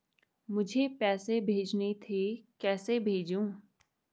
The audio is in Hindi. मुझे पैसे भेजने थे कैसे भेजूँ?